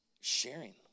sharing